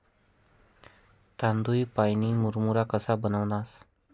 तांदूय पाईन मुरमुरा कशा बनाडतंस?